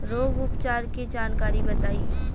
रोग उपचार के जानकारी बताई?